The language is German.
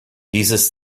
dieses